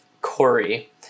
Corey